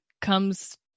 comes